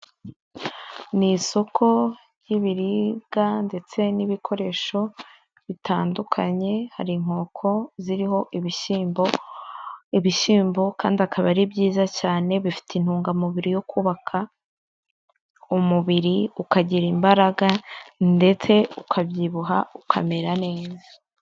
Ni isoko ry'ibiribwa ndetse n'ibikoresho bitandukanye hari inkoko ziriho ibishyimbo. Ibishyimbo kandi akaba ari byiza cyane bifite intungamubiri yo kubaka umubiri ukagira imbaraga ndetse ukabyibuha ukamera neza.